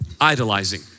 Idolizing